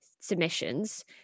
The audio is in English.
submissions